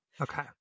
Okay